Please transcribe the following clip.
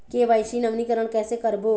KYC नवीनीकरण कैसे करबो?